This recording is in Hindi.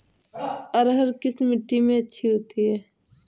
अरहर किस मिट्टी में अच्छी होती है?